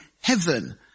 heaven